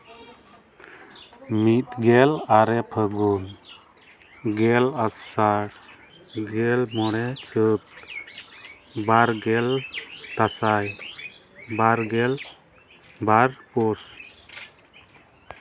ᱢᱤᱫᱜᱮᱞ ᱟᱨᱮ ᱯᱷᱟᱹᱜᱩᱱ ᱜᱮᱞ ᱟᱥᱟᱲ ᱜᱮᱞ ᱢᱚᱬᱮ ᱪᱟᱹᱛ ᱵᱟᱨᱜᱮᱞ ᱫᱟᱸᱥᱟᱭ ᱵᱟᱨ ᱜᱮᱞ ᱵᱟᱨ ᱯᱩᱥ